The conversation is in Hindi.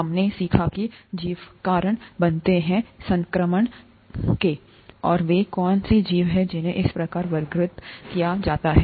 हमने सीखा कि जीवकारण बनते संक्रमण काहैं और वे कौन से जीव हैं उन्हें किस प्रकार वर्गीकृत किया जाता है